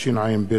הרווחה והבריאות.